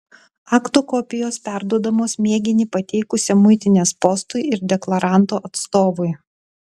akto kopijos perduodamos mėginį pateikusiam muitinės postui ir deklaranto atstovui